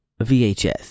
vhs